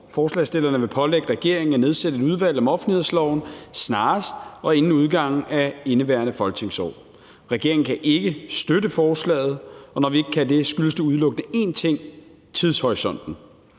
Forslagsstillerne vil pålægge regeringen at nedsætte et udvalg om offentlighedsloven snarest og inden udgangen af indeværende folketingsår. Regeringen kan ikke støtte forslaget, og når vi ikke kan det, skyldes det udelukkende én ting: tidshorisonten.